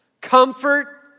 Comfort